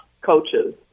coaches